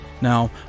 Now